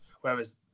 whereas